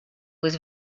was